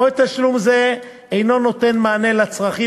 מועד תשלום זה איננו נותן מענה לצרכים